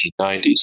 1990s